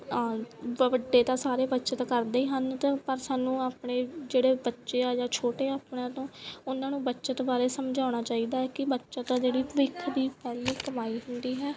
ਵ ਵੱਡੇ ਤਾਂ ਸਾਰੇ ਬੱਚਤ ਕਰਦੇ ਹੀ ਹਨ ਅਤੇ ਪਰ ਸਾਨੂੰ ਆਪਣੇ ਜਿਹੜੇ ਬੱਚੇ ਆ ਜਾਂ ਛੋਟੇ ਆ ਆਪਣਿਆਂ ਤੋਂ ਉਹਨਾਂ ਨੂੰ ਬੱਚਤ ਬਾਰੇ ਸਮਝਾਉਣਾ ਚਾਹੀਦਾ ਹੈ ਕਿ ਬੱਚਤ ਆ ਜਿਹੜੀ ਭਵਿੱਖ ਦੀ ਪਹਿਲੀ ਕਮਾਈ ਹੁੰਦੀ ਹੈ